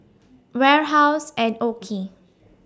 Warehouse and OKI